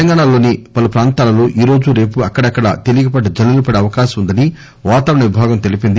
తెలంగాణాలోని పలు ప్రాంతాలలో ఈరోజు రేపు అక్కడక్కడా తేలికపాటి జల్లులు పడే అవకాశం ఉందని వాతావరణ విభాగం తెలిపింది